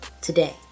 today